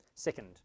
Second